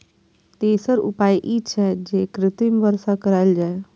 तेसर उपाय ई छै, जे कृत्रिम वर्षा कराएल जाए